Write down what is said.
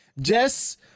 Jess